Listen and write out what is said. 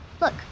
Look